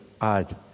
add